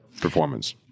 performance